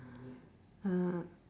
uh